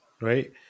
right